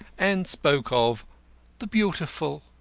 and spoke of the beautiful.